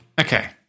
Okay